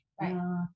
Right